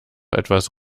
etwas